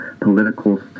political